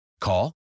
Call